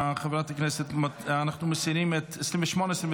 חברת הכנסת, אנחנו מסירים את 28,